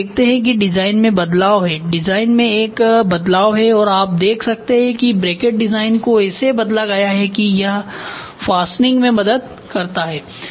तोआप देखते हैं कि डिजाइन में बदलाव है डिजाइन में एक बदलाव है और आप देख सकते हैं कि ब्रैकेट डिजाइन को ऐसे बदला गया है कि यह फास्टनिंग में मदद करता है